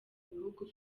bihugu